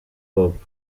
hop